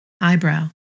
Eyebrow